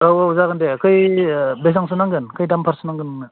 औ औ जागोन दे बेसेबांसो नांगोन खै नामबारसो नांगोन नोंनो